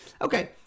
Okay